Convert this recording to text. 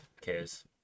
cares